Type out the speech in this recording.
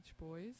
Boys